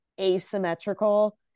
asymmetrical